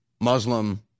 Muslim